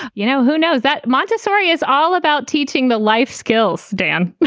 you know, who knows that montessori is all about teaching the life skills. dan,